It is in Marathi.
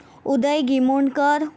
उदय गीमोंडकर